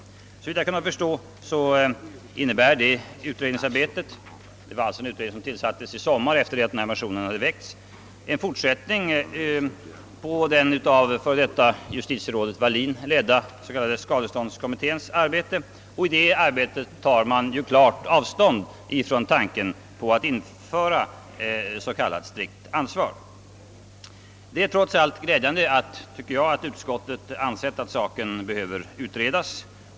Såvitt jag har kunnat förstå innebär detta utredningsarbete — utredningen tillsattes i somras efter det att min motion hade väckts — en fortsättning på den av f. d. justitierådet Walin ledda s.k. skadeståndskommitténs arbete. Där tar man ju klart avstånd ifrån tanken på att införa s.k. strikt ansvar. Det är trots allt glädjande att utskottet ansett att saken behöver utredas.